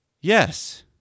yes